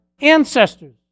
ancestors